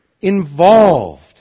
involved